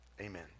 Amen